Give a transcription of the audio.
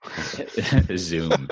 Zoom